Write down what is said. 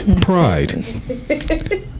Pride